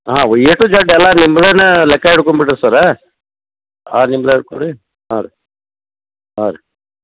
ಹಾಂ ವೈ A to Z ಎಲ್ಲ ನಿಬ್ಲೆನ ಲೆಕ್ಕ ಹಿಡ್ಕೊಂಬಿಡ್ರಿ ಸರ ಹಾಂ ರೀ ಹಾಂ ರೀ